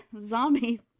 Zombie